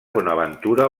bonaventura